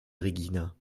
regina